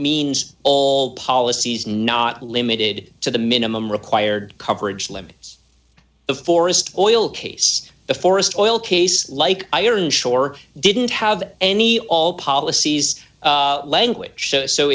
means all policies not limited to the minimum required coverage limits the forest oil case the forest oil case like iron shore didn't have any all policies language so